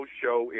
show